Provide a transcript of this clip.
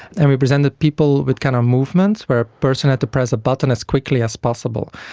and we presented people with kind of movements where a person had to press a button as quickly as possible,